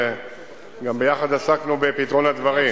וביחד עסקנו בפתרון הדברים.